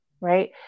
right